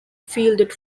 fielded